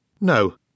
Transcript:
no